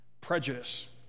Prejudice